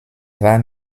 war